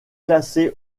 classé